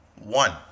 One